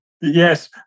Yes